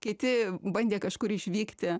kiti bandė kažkur išvykti